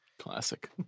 Classic